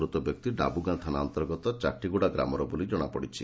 ମୃତ ବ୍ୟକ୍ତି ଡାବୁଗାଁ ଥାନା ଅନ୍ତର୍ଗତ ଚାଟିଗୁଡ଼ା ଗ୍ରାମର ବୋଲି ଜଶାପଡିଛି